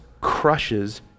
crushes